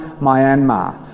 Myanmar